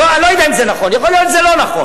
אני לא יודע אם זה נכון, יכול להיות שזה לא נכון.